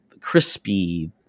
crispy